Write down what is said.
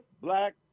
black